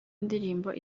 indirimbo